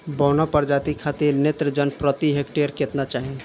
बौना प्रजाति खातिर नेत्रजन प्रति हेक्टेयर केतना चाही?